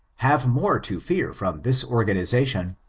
have more to fear from this organization,